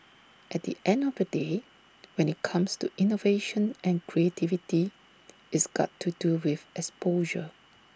at the end of the day when IT comes to innovation and creativity it's got to do with exposure